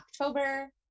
october